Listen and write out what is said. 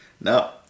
no